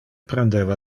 prendeva